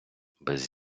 без